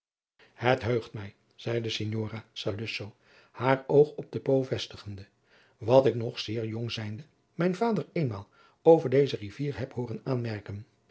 het heugt mij zeide signora saluzzo haar oog op den po vestigende wat ik nog zeer jong zijnde mijn vader eenmaal over deze rivier heb hooren aanmerken